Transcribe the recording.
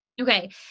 Okay